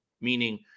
meaning